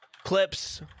Clips